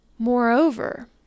Moreover